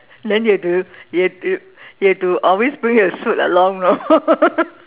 then you have to you have to you have to always bring your suit along you know